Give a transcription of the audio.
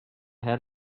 head